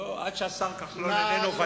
כל עוד השר כחלון איננו,